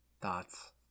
thoughts